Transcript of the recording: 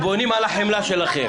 הם בונים על החמלה שלכם.